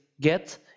get